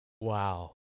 Wow